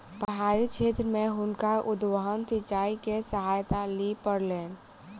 पहाड़ी क्षेत्र में हुनका उद्वहन सिचाई के सहायता लिअ पड़लैन